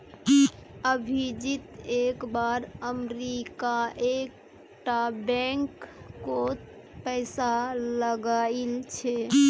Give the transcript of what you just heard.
अभिजीत एक बार अमरीका एक टा बैंक कोत पैसा लगाइल छे